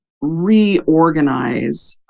reorganize